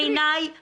בעיניי כוזב,